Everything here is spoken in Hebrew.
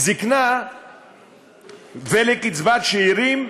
זיקנה ולקצבת שאירים,